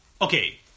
okay